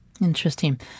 Interesting